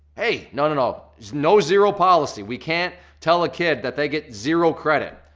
hey, no, no, no, it's no zero policy, we can't tell a kid that they get zero credit.